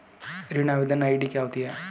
ऋण आवेदन आई.डी क्या होती है?